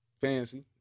Fancy